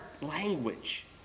language